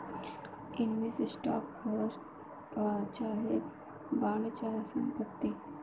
निवेस स्टॉक ह वाहे बॉन्ड, वाहे संपत्ति